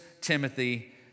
Timothy